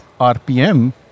RPM